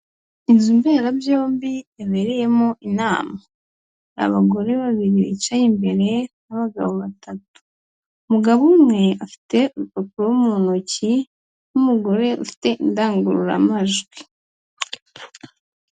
Inzu mberabyombi yabereyemo inama. Abagore babiri bicaye imbere n'abagabo batatu. Umugabo umwe, afite urupapuro mu ntoki n'umugore ufite indangururamajwi.